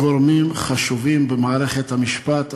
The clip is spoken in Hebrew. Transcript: גורמים חשובים במערכת המשפט,